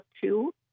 two